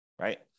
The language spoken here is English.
right